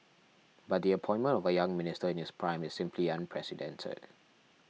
but the appointment of a young minister in his prime is simply unprecedented